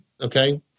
okay